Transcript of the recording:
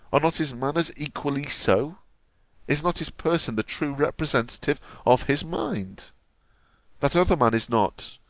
are not his manners equally so is not his person the true representative of his mind that other man is not,